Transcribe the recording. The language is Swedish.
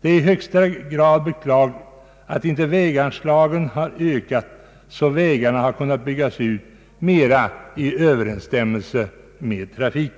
Det är i högsta grad beklagligt att inte väganslagen har ökat så att vägarna kunnat byggas ut mera i överensstämmelse med trafiken.